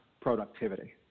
productivity